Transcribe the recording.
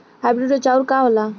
Hybrid चाउर का होला?